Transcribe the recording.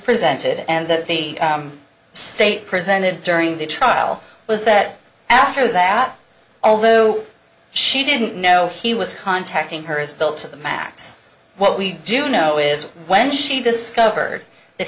presented and the state presented during the trial was that after that although she didn't know he was contacting her as built to the max what we do know is when she discovered that